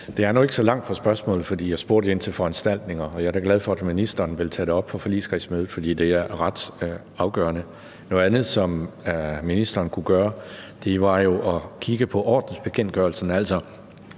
Det er nok ikke så langt fra spørgsmålet, for jeg spurgte ind til foranstaltninger, og jeg er da glad for, at ministeren vil tage det op på forligskredsmødet, for det er ret afgørende. Noget andet, som ministeren kunne gøre, var jo at kigge på ordensbekendtgørelsen. Altså,